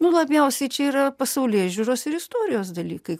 nu labiausiai čia yra pasaulėžiūros ir istorijos dalykai